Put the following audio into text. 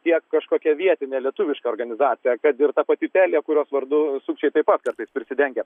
tiek kažkokia vietinė lietuviška organizacija kad ir ta pati telia kurios vardu sukčiai taip pat kartais prisidengia